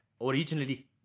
originally